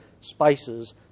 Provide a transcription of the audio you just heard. spices